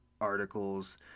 articles